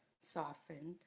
softened